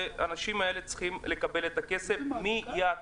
ואנשים האלה צריכים לקבל את הכסף מייד.